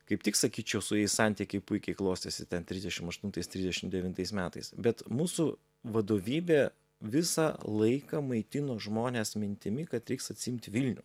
kaip tik sakyčiau su jais santykiai puikiai klostėsi ten trisdešim aštuntais trisdešim devintais metais bet mūsų vadovybė visą laiką maitino žmones mintimi kad reiks atsiimt vilnių